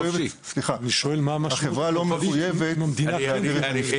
אני שואל מה המשמעות --- החברה לא מחויבת --- בן משפחת הנפטר